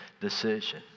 decision